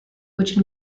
which